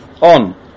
On